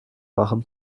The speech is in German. machen